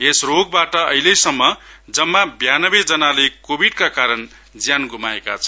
यस रोगबाट अहिलेसम्म जम्मा ब्यानब्बे जनाले कोविडका कारण ज्यान गुमाएका छन्